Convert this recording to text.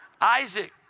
Isaac